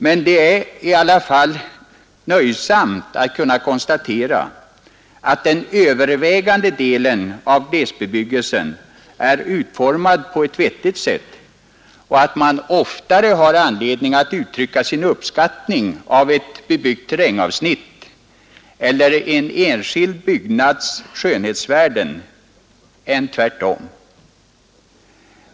Men det är i alla fall nöjsamt att kunna konstatera att den övervägande delen av glesbebyggelsen är utformad på ett vettigt sätt och att man oftare har anledning att uttrycka sin uppskattning av ett bebyggt terrängavsnitt eller en enskild byggnads skönhetsvärden än tvärtom.